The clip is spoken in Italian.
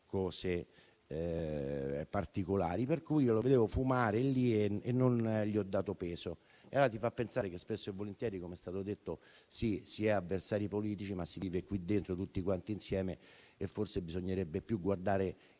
particolari. Io lo vedevo fumare lì e non ho dato peso alla cosa. Questo ti fa pensare che spesso e volentieri, come è stato detto, si è avversari politici ma si vive qui dentro tutti insieme e forse bisognerebbe maggiormente